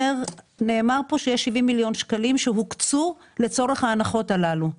נאמר פה שיש 70 מיליון שקלים שהוקצו לצורך ההנחות האלה.